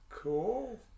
Cool